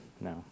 No